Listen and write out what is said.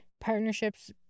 Partnerships